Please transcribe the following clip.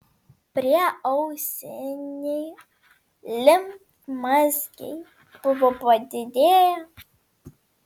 prieausiniai limfmazgiai buvo padidėję